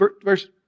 verse